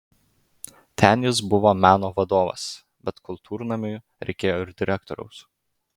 ten jis buvo meno vadovas bet kultūrnamiui reikėjo ir direktoriaus